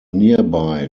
nearby